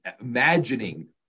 imagining